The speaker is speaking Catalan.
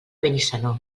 benissanó